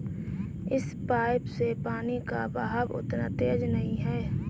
इस पाइप से पानी का बहाव उतना तेज नही है